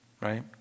right